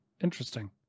Interesting